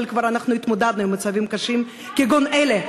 אבל כבר התמודדנו עם מצבים קשים כגון אלה.